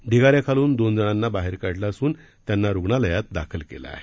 ढिगाऱ्याखालून देनजणांना बाहेर काढलं असून त्यांना रुग्णालयात दाखल केलं आहे